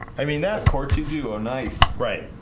i mean that core two duo nice, right?